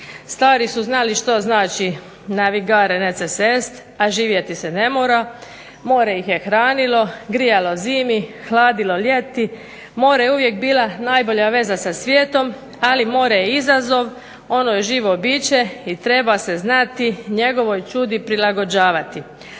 Stari su znali što znači navigare neces est, a živjeti se ne mora. More ih je hranilo, grijalo zimi, hladilo ljeti. More je uvijek bila najbolja veza sa svijetom, ali more je izazov. Ono je živo biće i treba se znati njegovoj ćudi prilagođavati.